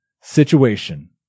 situation